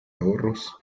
ahorros